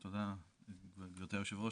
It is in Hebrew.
תודה רבה.